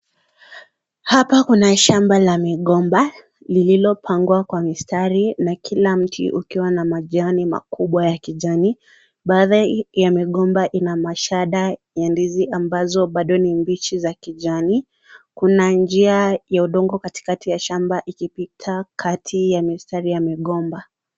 Hapa kuna shamba la migomba lililopangwa kwa mistari na kila mti ukiwa na majani makubwa ya kijani. Baadhi ya migomba ina mashada ya ndizi ambazo bado ni mbichi za kijani. Kuna njia ya udongo katikati ya shamba ikipita kati ya mistari ya migomba.